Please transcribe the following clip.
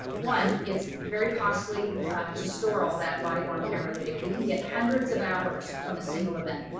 one, it's very costly to store all that body worn camera video. we can get hundreds of hours from a single event,